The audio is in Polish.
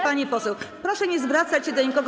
Pani poseł, proszę nie zwracać się do nikogo.